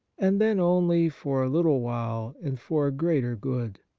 and then only for a little while and for a greater good.